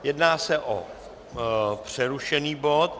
Jedná se o přerušený bod.